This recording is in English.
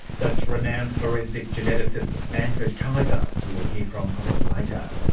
that's renowned forensic geneticist manfred kayser, who we'll hear from a little later.